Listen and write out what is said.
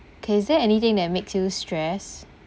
K is there anything that makes you stressed